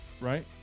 Right